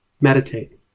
Meditate